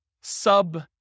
sub